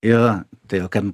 yra tai o kam